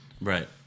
Right